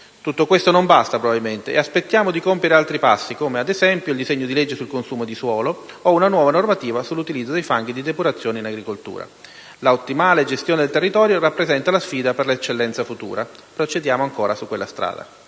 Tutto questo non basta probabilmente, aspettiamo di compiere altri passi come, ad esempio, il disegno di legge sul consumo di suolo o una nuova normativa sull'utilizzo dei fanghi di depurazione in agricoltura. La ottimale gestione del territorio rappresenta la sfida per l'eccellenza futura: procediamo su questa strada.